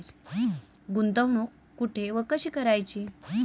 गुंतवणूक कुठे व कशी करायची?